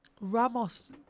Ramos